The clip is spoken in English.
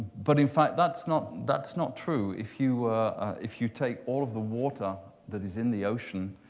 but in fact, that's not that's not true. if you if you take all of the water that is in the ocean,